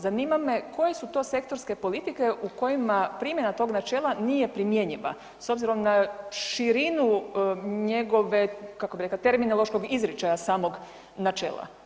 Zanima me koje su to sektorske politike u kojima primjena tog načela nije primjenjiva s obzirom na širinu njegove, kako bi rekla, terminološkog izričaja samog načela?